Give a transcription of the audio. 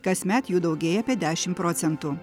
kasmet jų daugėja apie dešim procentų